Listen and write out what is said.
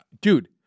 Dude